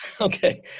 Okay